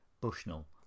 Bushnell